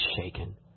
shaken